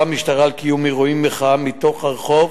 המשטרה על קיום אירועי מחאה בתוך הרחוב,